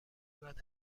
بعد